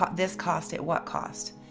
ah this cost at what cost?